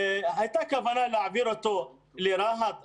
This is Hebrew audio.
הייתה כוונה להעביר אותו לרהט.